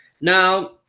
Now